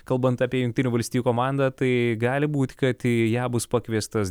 kalbant apie jungtinių valstijų komandą tai gali būt kad į ją bus pakviestas